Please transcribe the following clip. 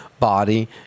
body